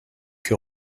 que